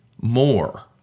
more